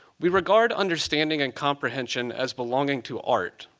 we regard understanding and comprehension as belonging to art,